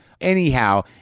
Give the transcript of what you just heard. Anyhow